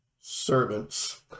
servants